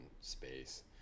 space